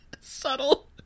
Subtle